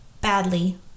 badly